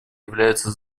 является